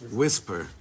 whisper